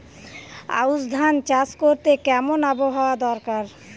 আউশ ধান চাষ করতে কেমন আবহাওয়া দরকার?